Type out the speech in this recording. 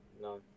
No